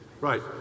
Right